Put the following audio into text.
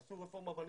עשו רפורמה בנמלים,